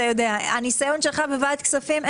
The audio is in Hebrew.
אתה יודע שהניסיון שלך בוועדת הכספים,